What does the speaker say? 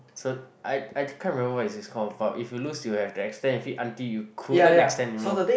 so I I can't remember what this call but if you lose you have to extend your feet until you couldn't extend anymore